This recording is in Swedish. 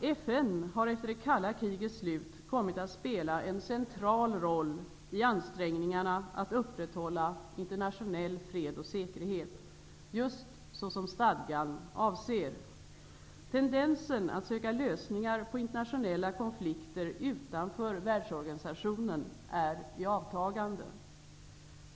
FN har efter det kalla krigets slut kommit att spela en central roll i ansträngningarna att upprätthålla internationell fred och säkerhet -- just såsom stadgan avser. Tendensen att söka lösningar på internationella konflikter utanför världsorganisationen är i avtagande.